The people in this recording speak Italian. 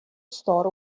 store